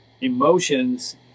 emotions